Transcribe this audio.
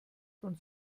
von